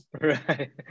Right